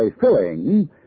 filling